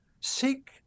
Seek